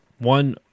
One